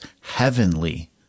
Heavenly